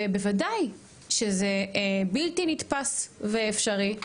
ובוודאי שזה בלתי נתפס ובלתי אפשרי.